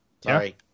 sorry